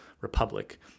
republic